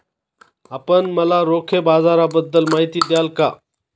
आपण मला रोखे बाजाराबद्दल माहिती द्याल का?